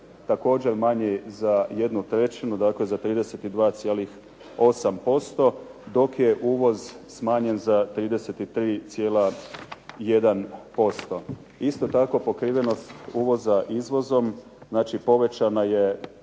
također manji za 1/3 dakle za 32,8%, dok je uvoz smanjen za 33,1%. Isto tako pokrivenost uvoza izvozom znači povećana je